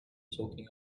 soaking